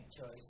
choice